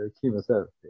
chemotherapy